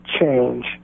change